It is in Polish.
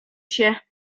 się